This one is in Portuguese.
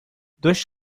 dois